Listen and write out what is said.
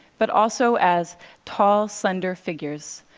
but also as tall, slender figures,